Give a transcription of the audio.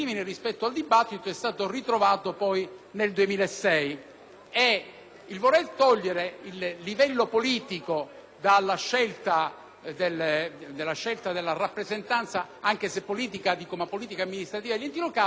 di togliere il livello politico della scelta della rappresentanza politico-amministrativa degli enti locali ha trovato il giusto e totale consenso.